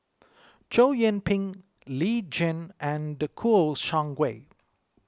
Chow Yian Ping Lee Tjin and Kouo Shang Wei